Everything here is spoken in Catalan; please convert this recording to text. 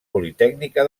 politècnica